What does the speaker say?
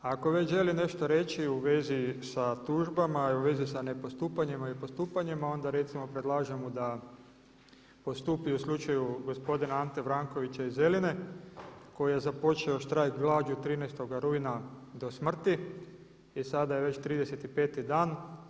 Ako već želi nešto reći u vezi sa tužbama i u vezi sa ne postupanjima i postupanjima onda predlažem mu da postupi u slučaju gospodina Ante Vrankovića iz Zeline koji je započeo štrajk glađu 13. rujna do smrti i sada je već 35 dan.